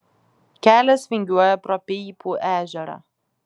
kelias vingiuoja pro peipų ežerą